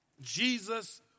Jesus